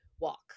walk